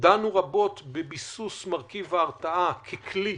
דנו רבות בביסוס מרכיב ההרתעה ככלי